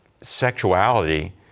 sexuality